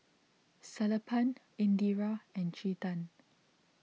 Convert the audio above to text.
Sellapan Indira and Chetan